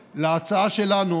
האומללה,